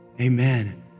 Amen